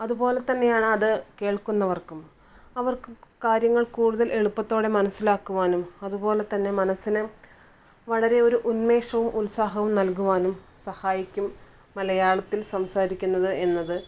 അതുപോലെ തന്നെയാണ് അത് കേൾക്കുന്നവർക്കും അവർക്ക് കാര്യങ്ങൾ കൂടുതൽ എളുപ്പത്തോടെ മനസ്സിലാക്കുവാനും അതുപോലെ തന്നെ മനസ്സിനെ വളരെ ഒരു ഉന്മേഷവും ഉത്സാഹവും നൽകുവാനും സഹായിക്കും മലയാളത്തിൽ സംസാരിക്കുന്നത് എന്നത്